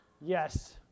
Yes